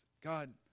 God